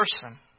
person